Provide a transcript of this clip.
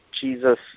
Jesus